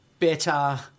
better